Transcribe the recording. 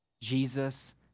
Jesus